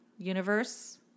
Universe